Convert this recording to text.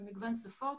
במגוון שפות,